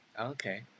okay